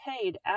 paid